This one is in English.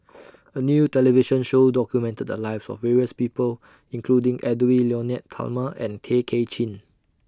A New television Show documented The Lives of various People including Edwy Lyonet Talma and Tay Kay Chin